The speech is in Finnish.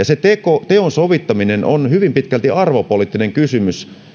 se teko teon sovittaminen on hyvin pitkälti arvopoliittinen kysymys